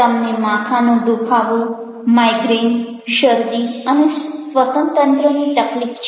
તમને માથાનો દુખાવો માઇગ્રેન શરદી અને શ્વસનતંત્રની તકલીફ છે